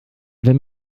wenn